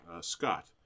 Scott